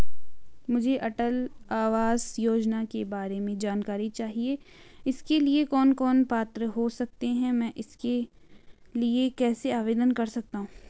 मुझे अटल आवास योजना के बारे में जानकारी चाहिए इसके लिए कौन कौन पात्र हो सकते हैं मैं इसके लिए कैसे आवेदन कर सकता हूँ?